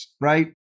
right